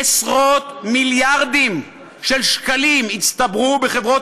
עשרות מיליארדים של שקלים הצטברו בחברות